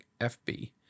FB